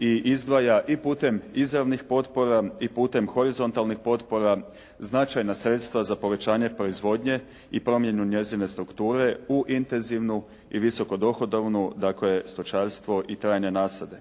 i izdvaja i putem izravnih potpora i putem horizontalnih potpora značajna sredstva za povećanje proizvodnje i promjenu njezine strukture u intenzivnu i visoko dohodovnu dakle stočarstvo i trajne nasade.